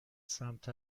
سمت